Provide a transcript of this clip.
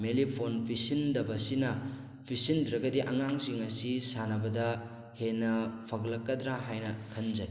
mainly phone ꯄꯤꯁꯤꯟꯗꯕꯁꯤꯅ ꯄꯤꯁꯤꯟꯗ꯭ꯔꯒꯗꯤ ꯑꯉꯥꯡꯁꯤꯡ ꯑꯁꯤ ꯁꯥꯟꯅꯕꯗ ꯍꯦꯟꯅ ꯐꯒꯠꯂꯛꯀꯗ꯭ꯔꯥ ꯍꯥꯏꯅ ꯈꯟꯖꯩ